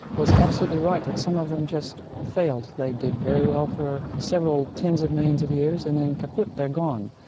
was absolutely right, that some of them just failed. they did very well for several tens of millions of years and then, kaput, they're gone.